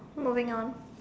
moving on